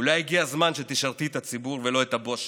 אולי הגיע הזמן שתשרתי את הציבור ולא את הבוס שלך.